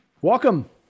welcome